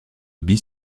bille